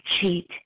cheat